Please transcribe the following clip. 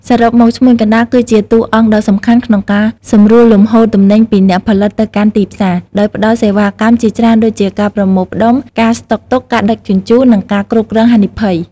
សរុបមក ឈ្មួញកណ្តាលគឺជាតួអង្គដ៏សំខាន់ក្នុងការសម្រួលលំហូរទំនិញពីអ្នកផលិតទៅកាន់ទីផ្សារ ដោយផ្តល់សេវាកម្មជាច្រើនដូចជា ការប្រមូលផ្ដុំ ការស្តុកទុក ការដឹកជញ្ជូន និងការគ្រប់គ្រងហានិភ័យ។